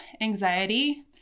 anxiety